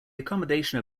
accommodation